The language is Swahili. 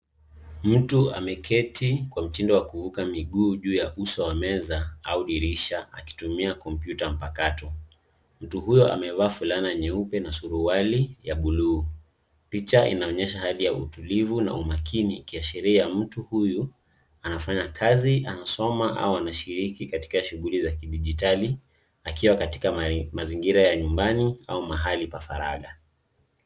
Mtu ameketi kwa mtindo wa kuvuka miguu juu ya uso wa meza au dirisha akitumia kompyuta mpakato. Mtu huyo amevaa fulana nyeupe na suruali ya bluu. Picha inaonyesha hali ya utulivu na umakini ikiashiria mtu huyu anafanya kazi, anasoma au anashiriki katika shughuli za kidijitali akiwa katika mazingira ya nyumbani au mahali pa faraja.